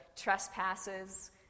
trespasses